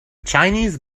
chinese